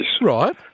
Right